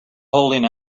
holding